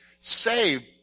saved